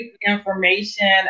information